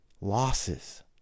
losses